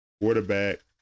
Quarterback